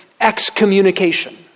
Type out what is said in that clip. excommunication